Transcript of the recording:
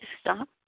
stop